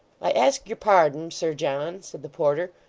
i ask your pardon, sir john said the porter,